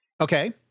Okay